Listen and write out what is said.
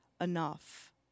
enough